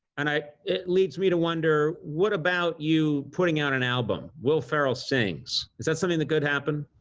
and i, it leads me to wonder what about you putting out an album, will ferrell sings? is that something that could happen?